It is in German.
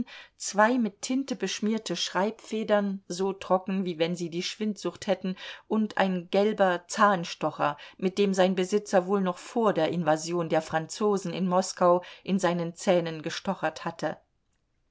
zwei mit tinte beschmierte schreibfedern so trocken wie wenn sie die schwindsucht hätten und ein gelber zahnstocher mit dem sein besitzer wohl noch vor der invasion der franzosen in moskau in seinen zähnen gestochert hatte